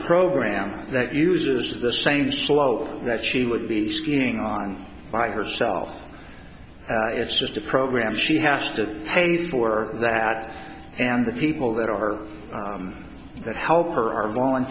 program that uses the same slope that she would be skiing on by herself it's just a program she has to pay for that and the people that are that help her ar